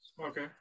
okay